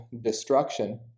destruction